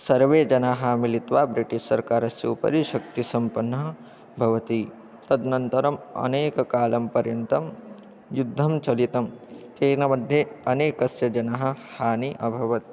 सर्वे जनाः मिलित्वा ब्रिटिश् सर्कारस्य उपरि शक्तिसम्पन्नः भवति तदनन्तरम् अनेककालं पर्यन्तं युद्धं चलितं तेन मध्ये अनेकस्य जनः हानिः अभवत्